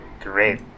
great